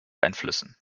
einflüssen